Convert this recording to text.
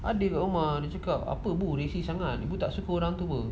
ada ke mak dia cakap apa bual racist sangat ibu tak suka orang tu